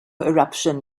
eruption